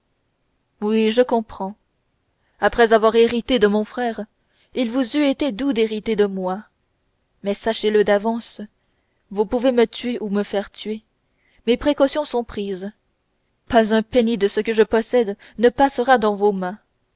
oui je comprends après avoir hérité de mon frère il vous eût été doux d'hériter de moi mais sachez-le d'avance vous pouvez me tuer ou me faire tuer mes précautions sont prises pas un penny de ce que je possède ne passera dans vos mains